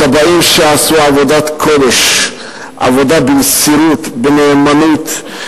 הכבאים שעשו עבודת קודש, עבודה במסירות, בנאמנות.